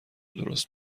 درست